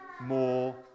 more